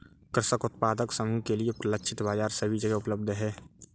कृषक उत्पादक समूह के लिए लक्षित बाजार सभी जगह उपलब्ध है